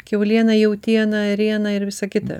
kiauliena jautiena ėriena ir visa kita